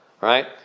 right